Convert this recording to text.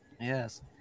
Yes